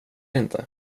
inte